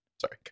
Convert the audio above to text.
Sorry